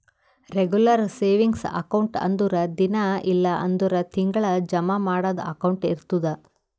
regular savings account ಅಂದುರ್ ದಿನಾ ಇಲ್ಲ್ ಅಂದುರ್ ತಿಂಗಳಾ ಜಮಾ ಮಾಡದು ಅಕೌಂಟ್ ಇರ್ತುದ್